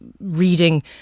reading